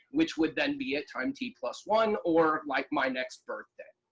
which would then be at time t one or like my next birthday.